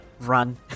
Run